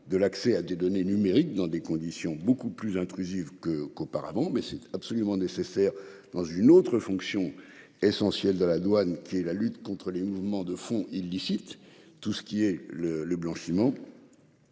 de l'accès à des données numériques, dans des conditions beaucoup plus intrusif que qu'auparavant mais c'est absolument nécessaire dans une autre fonction essentielle de la douane qui est la lutte contre les mouvements de fonds illicites. Tout ce qui est le le blanchiment.